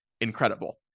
incredible